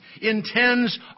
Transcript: intends